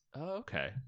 Okay